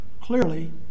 clearly